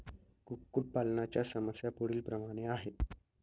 कुक्कुटपालनाच्या समस्या पुढीलप्रमाणे आहेत